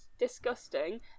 disgusting